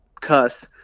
Cuss